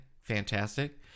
fantastic